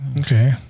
okay